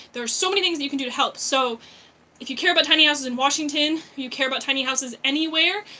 there are so many things you can do to help. so if you care about tiny houses in washington, if you care about tiny houses anywhere,